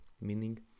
meaning